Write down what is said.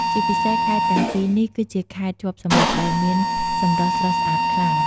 ជាពិសេស ខេត្តទាំងពីរនេះគឺជាខេត្តជាប់សមុទ្រដែលមានសម្រស់ស្រស់ស្អាតខ្លាំង។